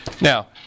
Now